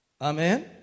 Amen